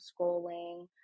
scrolling